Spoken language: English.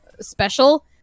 special